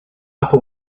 upper